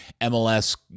MLS